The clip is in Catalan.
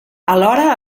alhora